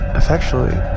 effectually